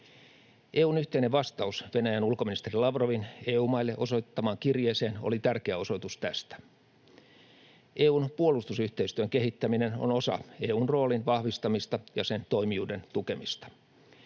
EU:n yhteinen vastaus Venäjän ulkoministeri Lavrovin EU-maille osoittamaan kirjeeseen oli tärkeä osoitus tästä. EU:n puolustusyhteistyön kehittäminen on osa EU:n roolin vahvistamista ja sen toimijuuden tukemista.